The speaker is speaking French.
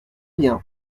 bien